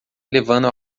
levando